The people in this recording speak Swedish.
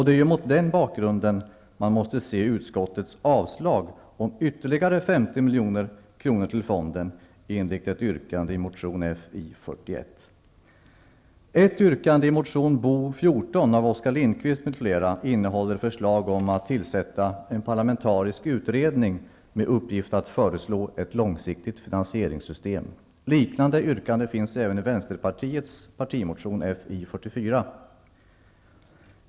Det är mot den bakgrunden man måste se utskottets avstyrkande av förslaget om ytterligare 50 milj.kr. gäller tillsättande av en parlamentarisk utredning med uppgift att föreslå ett långsiktigt finansieringssystem. Ett liknande yrkande finns även i Vänsterpartiets partimotion Fi44.